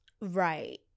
right